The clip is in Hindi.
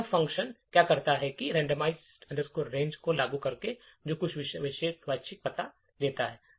तो यह फ़ंक्शन क्या करता है इस randomize range को लागू करें जो कुछ विशेष यादृच्छिक पता देता है